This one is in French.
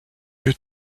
lieu